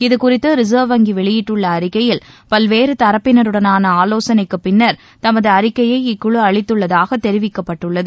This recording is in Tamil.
இதுகுறித்து ரிசர்வ் வங்கி வெளியிட்டுள்ள அறிக்கையில் பல்வேறு தரப்பினருடனான ஆவோசனைக்குப்பின்னர் தமது அறிக்கையை இக்குழு அளித்துள்ளதாக தெரிவிக்கப்பட்டுள்ளது